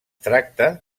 tracta